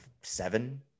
seven